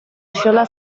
axola